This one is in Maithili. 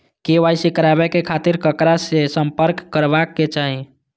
के.वाई.सी कराबे के खातिर ककरा से संपर्क करबाक चाही?